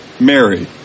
Mary